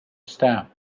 stamp